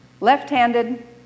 left-handed